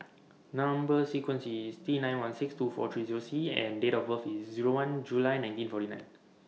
Number sequence IS T nine one six two four three Zero C and Date of birth IS Zero one July nineteen forty nine